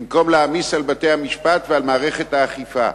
במקום להעמיס על בתי-המשפט ועל מערכת האכיפה.